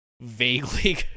vaguely